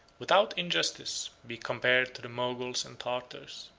without injustice, be compared to the moguls and tartars,